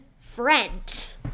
French